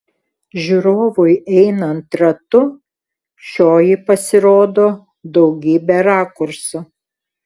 žiūrovui einant ratu šioji pasirodo daugybe rakursų